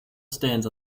stands